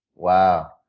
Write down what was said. wow.